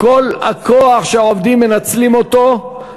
כל הכוח שהעובדים מנצלים אותו,